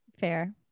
Fair